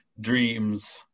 dreams